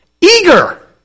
Eager